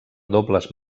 dobles